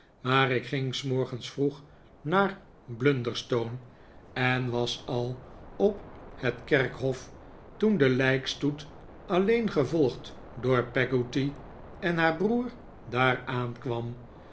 maar ik ging s morgens vroeg naar blunderstone en was al op het kerkhof toen de lijkstoet alleen gevolgd door peggotty en haar broer daar aankwam